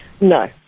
No